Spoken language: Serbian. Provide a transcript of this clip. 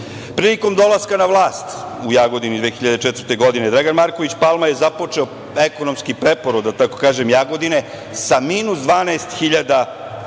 zalažemo. Prilikom dolaska na vlast u Jagodini 2004. godine Dragan Marković Palma je započeo ekonomski preporod, da tako kažem, Jagodine sa minus 12.000 zaposlenih.